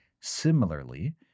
Similarly